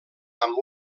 amb